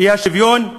אי-השוויון,